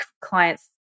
clients